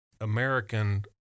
American